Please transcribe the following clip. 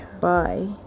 Bye